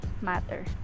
matter